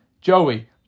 Joey